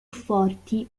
forti